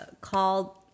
called